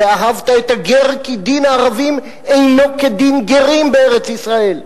"ואהבת את הגר" כי דין הערבים אינו כדין גרים בארץ-ישראל,